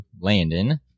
Landon